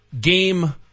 game